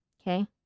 Okay